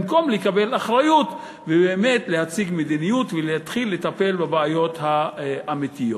במקום לקבל אחריות ובאמת להציג מדיניות ולהתחיל לטפל בבעיות האמיתיות.